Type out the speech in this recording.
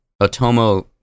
otomo